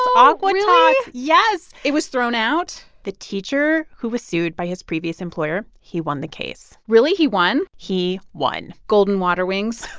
really? yes it was thrown out? the teacher who was sued by his previous employer, he won the case really? he won? he won golden water wings